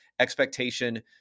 expectation